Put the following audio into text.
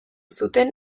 zuten